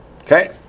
okay